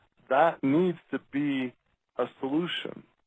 that needs to be ah solution.